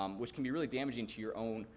um which can be really damaging to your own,